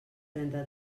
trenta